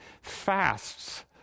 fasts